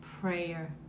prayer